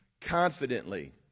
confidently